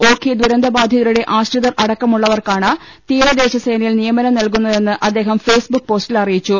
ഓഖി ദുരന്തബാധിതരുടെ ആശ്രിതർ അടക്കമുള്ളവർക്കാണ് തീരദേശ സേനയിൽ നിയമനം നൽകുന്നതെന്ന് അദ്ദേഹം ഫെയ്സ്ബുക്ക് പോസ്റ്റിൽ അറിയിച്ചു